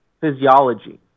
physiology